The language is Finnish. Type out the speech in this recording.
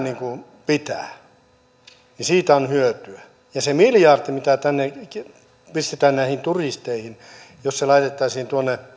niin kuin pitää niin siitä on hyötyä ja jos se miljardi mitä pistetään näihin turisteihin laitettaisiin